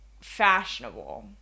fashionable